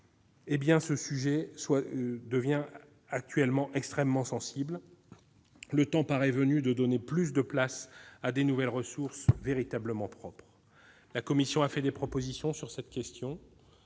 ce sujet soit à l'évidence extrêmement sensible, le temps paraît venu de donner plus de place à de nouvelles ressources, véritablement propres. La Commission a formulé des propositions sur cette question